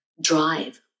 drive